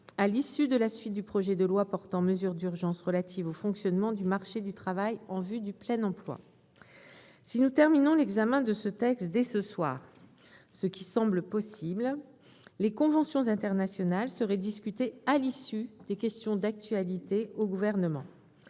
à l'issue de l'examen du projet de loi portant mesures d'urgence relatives au fonctionnement du marché du travail en vue du plein emploi. Si nous terminons l'examen de ce texte dès ce soir, ce qui semble possible, les conventions internationales seront examinées à l'issue des questions d'actualité au Gouvernement.